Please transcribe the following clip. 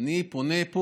אני פונה פה,